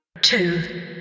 Two